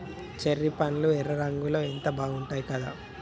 cherry పండ్లు ఎర్ర రంగులో ఎంత బాగుంటాయో కదా